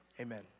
amen